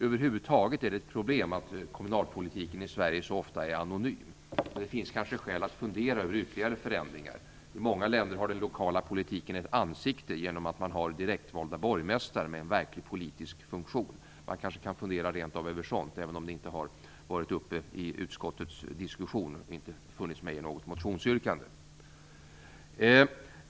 Över huvud taget är det ett problem att kommunalpolitiken i Sverige så ofta är anonym. Det finns kanske skäl att fundera över ytterligare förändringar. I många länder har den lokala politiken ett ansikte genom att man har direktvalda borgmästare med en verklig politisk funktion. Man kanske rent av kan fundera över sådant, även om det inte har varit uppe i utskottets diskussion och inte funnits med i något motionsyrkande.